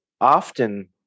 often